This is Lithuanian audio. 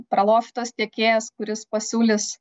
praloš tas tiekėjas kuris pasiūlys